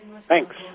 Thanks